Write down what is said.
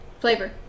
Flavor